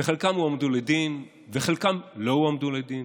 וחלקם הועמדו לדין וחלקם לא הועמדו לדין,